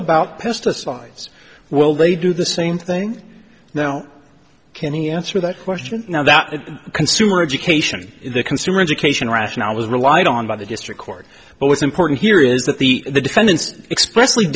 about pesticides well they do the same thing now can he answer that question now that consumer education the consumer education rationale was relied on by the district court but what's important here is that the defendants express